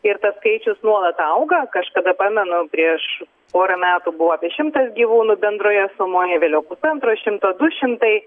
ir tas skaičius nuolat auga kažkada pamenu prieš porą metų buvo apie šimtas gyvūnų bendroje sumoje vėliau pusantro šimto du šimtai